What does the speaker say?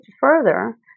further